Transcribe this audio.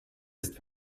ist